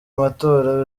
matora